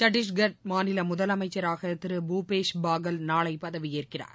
சத்தீஸ்கர் மாநில முதலமைச்சராக திரு பூபேஷ் பாகல் நாளை பதவியேற்கிறார்